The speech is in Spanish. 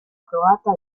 croata